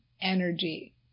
energy